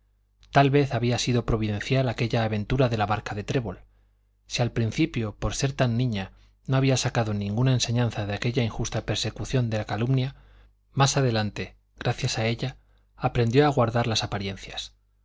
tal vez había sido providencial aquella aventura de la barca de trébol si al principio por ser tan niña no había sacado ninguna enseñanza de aquella injusta persecución de la calumnia más adelante gracias a ella aprendió a guardar las apariencias